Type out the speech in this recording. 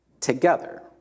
together